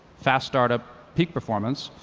fast startup, peak performance,